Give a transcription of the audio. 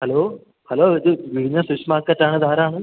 hello hello ഇത് green fish മാർക്കറ്റാണ് ഇതാരാണ്